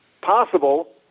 possible